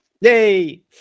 yay